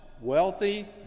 wealthy